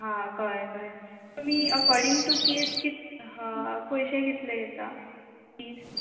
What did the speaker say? हा कळें कळ्ळें तुमी अकॉडींग टू केस कित ह पयशे कितले घेता फीज